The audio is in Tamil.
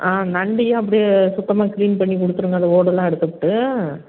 ஆ நண்டையும் அப்படியே சுத்தமாக க்ளீன் பண்ணி கொடுத்துருங்க அந்த ஓடெலாம் எடுத்துவிட்டு